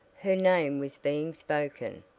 her name was being spoken,